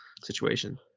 situation